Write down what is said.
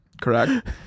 correct